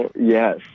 Yes